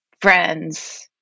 friends